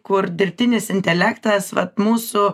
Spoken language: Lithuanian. kur dirbtinis intelektas vat mūsų